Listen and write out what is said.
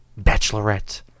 bachelorette